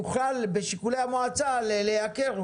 תוכל בשיקולי המועצה לייקר.